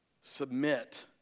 submit